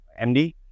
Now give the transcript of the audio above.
MD